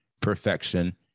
perfection